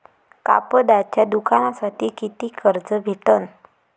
कापडाच्या दुकानासाठी कितीक कर्ज भेटन?